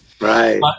Right